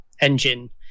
engine